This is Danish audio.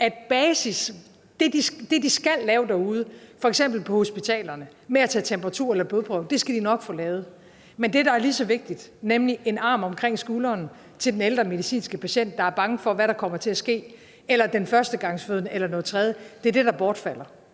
at basis, nemlig det, de skal lave derude, f.eks. på hospitalerne med at tage temperatur eller blodprøve, skal de nok få lavet, men det, der er lige så vigtigt, nemlig en arm omkring skulderen til den ældre medicinske patient, der er bange for, hvad der kommer til at ske, eller til den førstegangsfødende eller noget tredje, bortfalder.